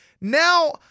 Now